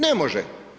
Ne može.